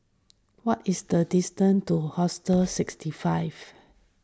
what is the distance to Hostel sixty five